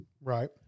Right